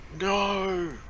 No